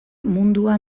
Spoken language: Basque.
mundua